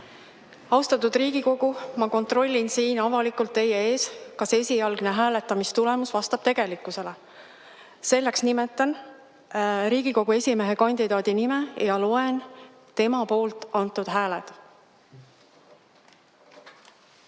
Austatud Riigikogu! Ma kontrollin siin avalikult teie ees, kas esialgne hääletamistulemus vastab tegelikkusele. Selleks nimetan Riigikogu esimehe kandidaadi nime ja loen ette tema poolt antud hääled. Lauri